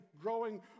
growing